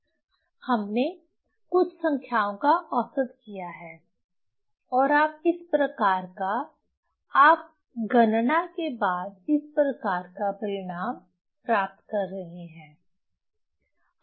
हमने कुछ संख्याओं का औसत किया है और आप इस प्रकार का आप गणना के बाद इस प्रकार का परिणाम प्राप्त कर रहे हैं